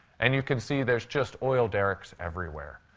and you can see there's just oil derricks everywhere.